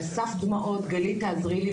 על סף דמעות: גלית תעזרי לי,